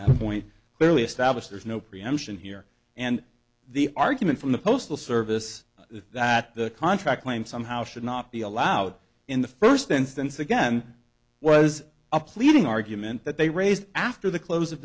that point clearly establish there's no preemption here and the argument from the postal service is that the contract claim somehow should not be allowed in the first instance again was obsoleting argument that they raised after the close